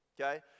okay